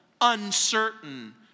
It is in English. uncertain